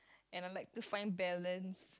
and I like to find balance